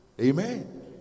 amen